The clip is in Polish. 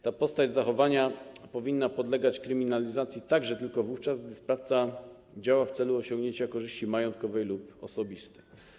Ta postać zachowania powinna podlegać kryminalizacji także tylko wówczas, gdy sprawca działa w celu osiągnięcia korzyści majątkowej lub osobistej.